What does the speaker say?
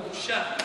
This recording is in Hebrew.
בושה.